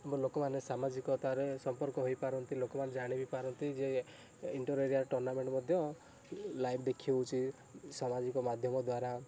ଆମ ଲୋକ ମାନେ ସମାଜିକତାରେ ସମ୍ପର୍କ ହୋଇପାରନ୍ତି ଲୋକ ମାନେ ଜାଣି ବି ପାରନ୍ତି ଯେ ଇଣ୍ଟର୍ ଏରିଆ ଟୁର୍ଣ୍ଣାମେଣ୍ଟ୍ ମଧ୍ୟ ଲାଇଭ୍ ଦେଖି ହଉଛି ସାମାଜିକ ମାଧ୍ୟମ ଦ୍ୱାରା